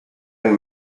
and